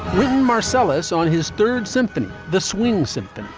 wynton marsalis on his third symphony, the swing symphony,